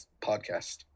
podcast